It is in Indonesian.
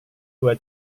dua